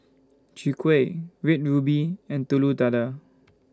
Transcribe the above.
Chwee Kueh Red Ruby and Telur Dadah